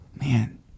man